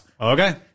Okay